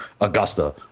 Augusta